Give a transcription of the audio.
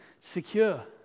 secure